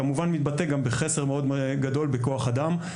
כמובן מתבטא גם בחסר מאוד גדול בכוח אדם.